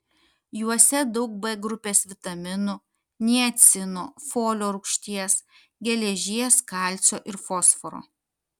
juose daug b grupės vitaminų niacino folio rūgšties geležies kalcio ir fosforo